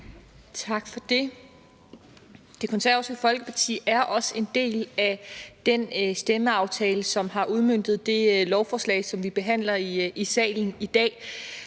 Tak for det. Det Konservative Folkeparti er også en del af den stemmeaftale, som har udmøntet det lovforslag, som vi behandler i salen i dag,